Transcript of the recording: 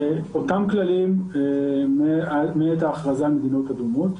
זה אותם כללים מעת ההכרזה על מדינות אדומות,